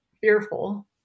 fearful